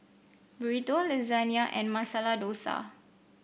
Burrito Lasagne and Masala Dosa